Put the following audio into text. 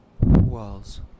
Walls